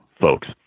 folks